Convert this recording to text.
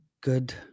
good